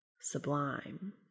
sublime